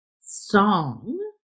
song